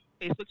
Facebook